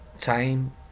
time